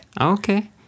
Okay